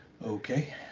Okay